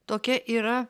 tokia yra